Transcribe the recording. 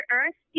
Earth